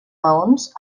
maons